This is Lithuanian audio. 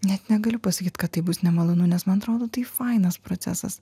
net negaliu pasakyt kad tai bus nemalonu nes man atrodo nu tai fainas procesas